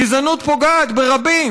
גזענות פוגעים ברבים,